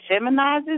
feminizes